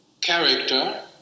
character